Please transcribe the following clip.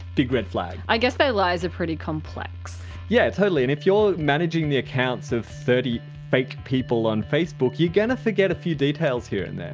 big red flag. i guess their lies are pretty complex. yeah totally, and if you're managing the accounts of thirty fake people on facebook you're going to forget a few details here and there.